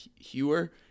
hewer